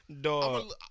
Dog